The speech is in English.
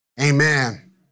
Amen